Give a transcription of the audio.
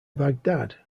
baghdad